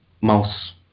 mouse